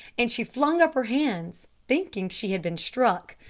and she flung up her hands, thinking she had been struck.